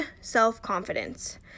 self-confidence